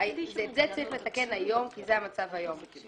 הולכים לטפל בזה כבר היום.